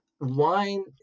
Wine